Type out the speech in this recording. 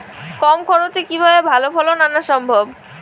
কম খরচে কিভাবে ভালো ফলন আনা সম্ভব?